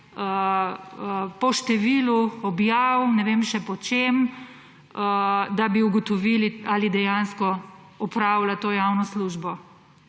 po številu objav, ne vem še po čem, da bi ugotovili, ali dejansko opravlja to javno službo.